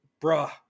bruh